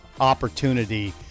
opportunity